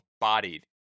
bodied